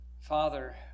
Father